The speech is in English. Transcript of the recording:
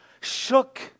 shook